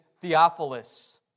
Theophilus